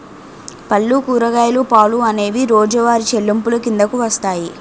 పళ్ళు కూరగాయలు పాలు అనేవి రోజువారి చెల్లింపులు కిందకు వస్తాయి